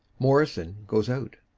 morrison goes out.